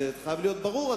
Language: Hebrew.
הדבר הזה חייב להיות ברור.